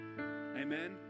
Amen